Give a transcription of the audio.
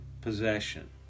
possession